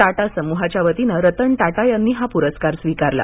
टाटा समूहाच्या वतीनं रतन टाटा यांनी हा पुरस्कार स्वीकारला